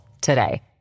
today